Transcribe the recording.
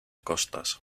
costas